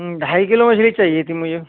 ڈھائی کلو مچھلی چاہئے تھی مجھے